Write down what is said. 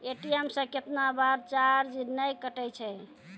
ATM से कैतना बार चार्ज नैय कटै छै?